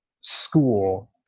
school